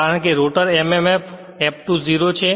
કારણ કે rotor mmf F2 0છે